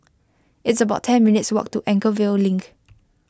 it's about ten minutes' walk to Anchorvale Link